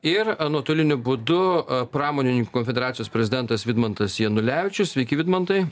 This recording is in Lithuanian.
ir nuotoliniu būdu pramonininkų konfederacijos prezidentas vidmantas janulevičius sveiki vidmantai